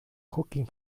cooking